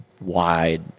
wide